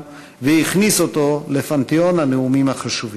והכניס אותו לפנתיאון הנאומים החשובים.